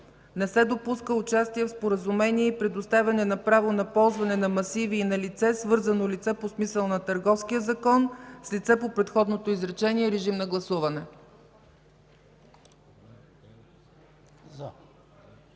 „Не се допуска участие в споразумение и предоставяне на право на ползване на масиви и на лице – свързано лице по смисъла на Търговския закон, с лице по предходното изречение”. Режим на гласуване.